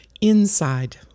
inside